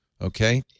okay